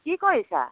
কি কৰিছা